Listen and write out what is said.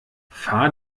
fahr